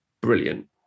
Brilliant